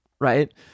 right